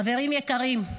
חברים יקרים,